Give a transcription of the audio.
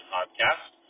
Podcast